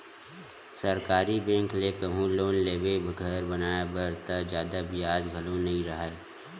सरकारी बेंक ले कहूँ लोन लेबे घर बनाए बर त जादा बियाज घलो नइ राहय